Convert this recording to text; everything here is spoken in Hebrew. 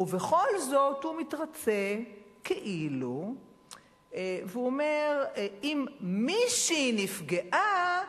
ובכל זאת הוא כאילו מתרצה והוא אומר: אם מישהי נפגעה,